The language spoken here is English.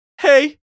hey